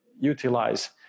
utilize